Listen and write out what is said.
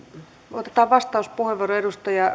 otetaan vastauspuheenvuoro edustaja